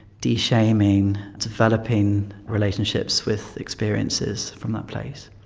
de-shaming, developing relationships with experiences from that place.